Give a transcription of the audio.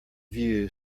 view